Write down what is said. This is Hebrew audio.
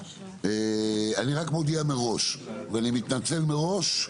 אני רק מודיע מראש, ואני מתנצל מראש,